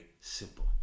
simple